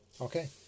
Okay